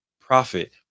profit